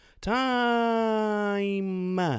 time